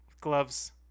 gloves